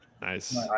Nice